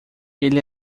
ele